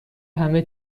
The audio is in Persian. همه